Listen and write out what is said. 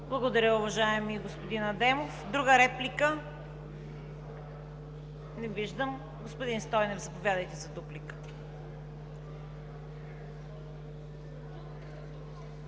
Благодаря, уважаеми господин Адемов. Друга реплика? Не виждам. Господин Стойнев, заповядайте за дуплика.